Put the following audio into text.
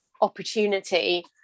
opportunity